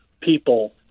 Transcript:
people